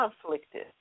conflicted